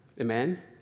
Amen